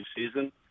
season